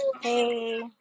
Hey